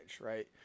right